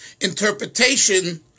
interpretation